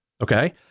okay